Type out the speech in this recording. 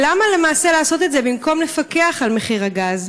למה למעשה לעשות את זה במקום לפקח על מחיר הגז?